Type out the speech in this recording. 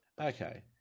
Okay